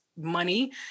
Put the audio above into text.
money